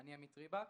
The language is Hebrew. אני עמית ריבק.